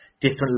different